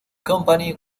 company